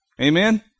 Amen